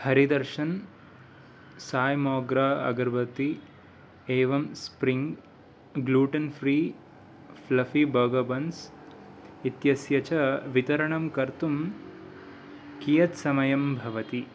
हरिदर्शन् साय् मोग्रा अगर्बत्ती एवं spring gluten free fluffy burger buns इत्यस्य च वितरणं कर्तुं कियत् समयं भवति